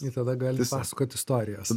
jie tada gali pasakot istorijas